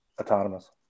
autonomous